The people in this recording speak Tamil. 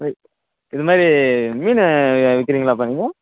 இது இதுமாதிரி மீன் விற்கிறிங்களாப்பா நீங்கள்